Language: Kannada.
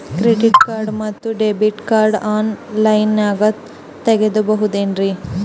ಕ್ರೆಡಿಟ್ ಕಾರ್ಡ್ ಮತ್ತು ಡೆಬಿಟ್ ಕಾರ್ಡ್ ಆನ್ ಲೈನಾಗ್ ತಗೋಬಹುದೇನ್ರಿ?